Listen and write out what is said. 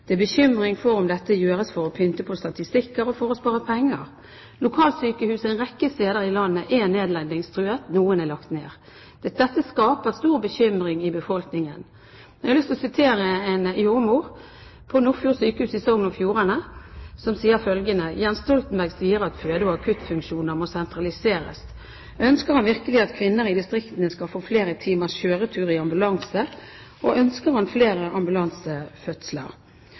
Det er bekymring for om dette gjøres for å pynte på statistikker og for å spare penger. Lokalsykehus en rekke steder i landet er nedleggingstruet, noen er lagt ned. Dette skaper stor bekymring i befolkningen. Jeg har lyst til å sitere en jordmor på Nordfjord sjukehus i Sogn og Fjordane, som sier følgende: Jens Stoltenberg sier at føde- og akuttfunksjoner må sentraliseres. Ønsker han virkelig at kvinner i distriktene skal få flere timers kjøretur i ambulanse, og ønsker han flere